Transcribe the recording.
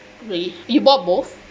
really you bought both